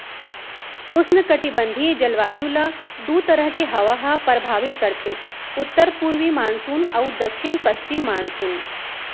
उस्नकटिबंधीय जलवायु ल दू तरह के हवा ह परभावित करथे उत्तर पूरवी मानसून अउ दक्छिन पस्चिम मानसून